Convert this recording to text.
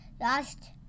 lost